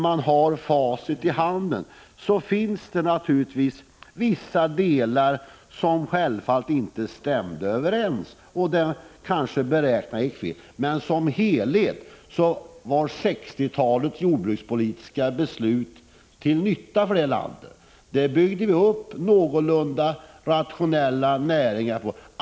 Med facit i handen kan man naturligtvis säga att det finns vissa delar där beräkningarna slog fel, men som helhet var 1960-talets jordbrukspolitiska beslut till nytta för landet. Då byggde vi upp en någorlunda rationell näring.